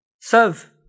Serve